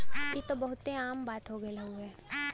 ई त बहुते आम बात हो गइल हउवे